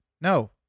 No